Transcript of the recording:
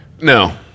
No